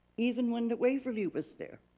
even when the waverly was there.